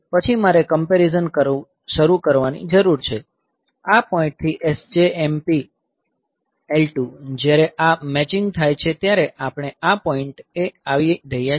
પછી મારે કમ્પેરીઝન કરવાનું શરૂ કરવાની જરૂર છે આ પોઈન્ટ થી SJMP L2 જ્યારે આ મેચિંગ થાય છે ત્યારે આપણે આ પોઈન્ટએ આવી રહ્યા છીએ